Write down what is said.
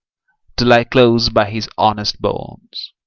to lie close by his honest bones!